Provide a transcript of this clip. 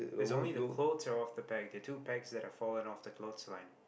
there is only the clothes that are off the peg the two pegs that have fallen off the clothesline